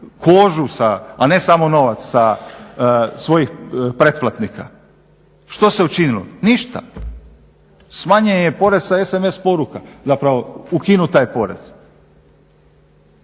kožu sa, a ne samo novac sa svojih pretplatnika. Što se učinilo? Ništa. Smanjen je porez sa sms poruka, zapravo ukinut taj porez.